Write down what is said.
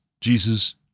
Jesus